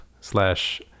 slash